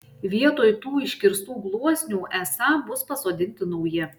vietoj tų iškirstų gluosnių esą bus pasodinti nauji